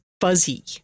fuzzy